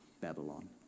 Babylon